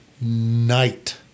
night